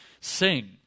sing